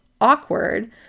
awkward